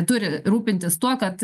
turi rūpintis tuo kad